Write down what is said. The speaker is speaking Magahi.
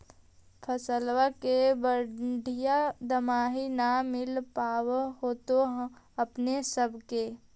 फसलबा के बढ़िया दमाहि न मिल पाबर होतो अपने सब के?